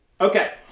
Okay